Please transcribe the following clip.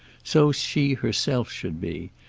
so she herself should be,